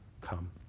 come